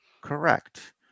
correct